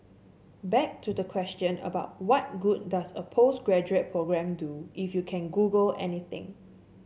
back to the question about what good does a postgraduate programme do if you can Google anything